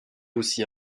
aussi